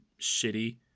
shitty